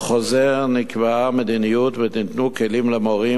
בחוזר נקבעה מדיניות וניתנו כלים למורים